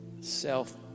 self